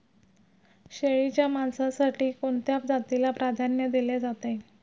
शेळीच्या मांसासाठी कोणत्या जातीला प्राधान्य दिले जाते?